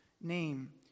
name